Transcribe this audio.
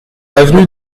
avenue